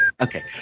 Okay